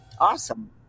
Awesome